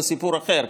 שזה סיפור אחר,